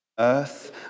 earth